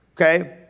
Okay